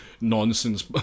nonsense